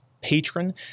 patron